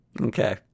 Okay